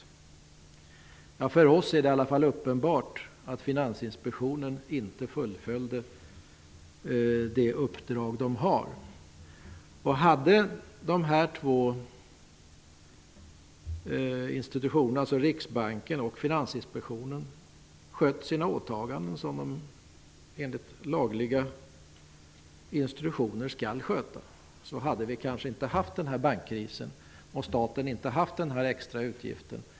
För oss är det uppenbart att Finansinspektionen inte fullföljt det uppdrag som den har. Om de här två institutionerna, alltså Riksbanken och Finansinspektionen, hade skött sina åtaganden som de enligt lagliga instruktioner skall sköta, skulle vi kanske inte ha haft bankkrisen och staten inte ha haft den här extra utgiften.